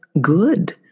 good